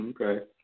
Okay